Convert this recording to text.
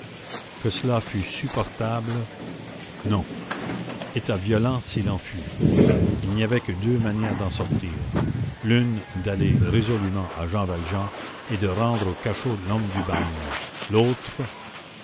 que cela fût supportable non état violent s'il en fut il n'y avait que deux manières d'en sortir l'une d'aller résolûment à jean valjean et de rendre au cachot l'homme du bagne l'autre